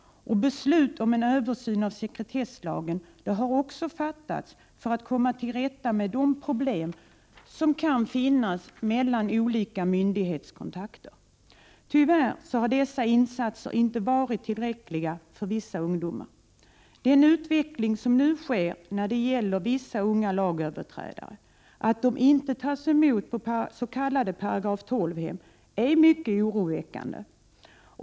Beslut om en översyn av sekretesslagen har ju också fattats för att vi skall kunna komma till rätta med de problem som kan finnas i fråga om olika myndighetskontakter. Tyvärr har dessa insatser inte varit tillräckliga för vissa ungdomar. Den utveckling som nu sker när det gäller vissa unga lagöverträdare — att dessa inte tas emot på § 12-hem — är mycket oroväckande.